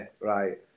right